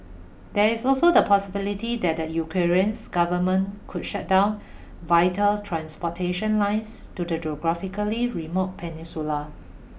there is also the possibility that the Ukrainians government could shut down vital transportation lines to the geographically remote peninsula